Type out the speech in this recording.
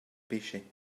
pêchait